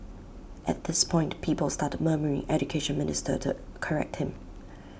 at this point people started murmuring Education Minister to correct him